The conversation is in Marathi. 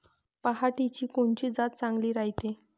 पऱ्हाटीची कोनची जात चांगली रायते?